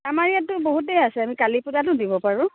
আমাৰ ইয়াতো বহুতেই আছে আমি কালী পূজাতো দিব পাৰোঁ